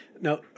Now